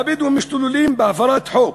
הבדואים משתוללים בהפרת חוק,